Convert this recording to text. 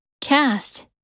Cast